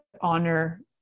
honor